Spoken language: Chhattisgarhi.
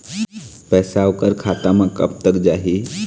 पैसा ओकर खाता म कब तक जाही?